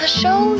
show